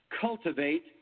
cultivate